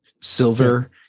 silver